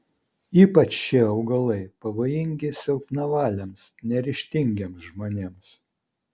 ypač šie augalai pavojingi silpnavaliams neryžtingiems žmonėms